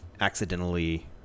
accidentally